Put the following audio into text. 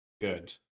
good